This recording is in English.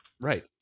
right